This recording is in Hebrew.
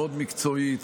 מאוד מקצועית.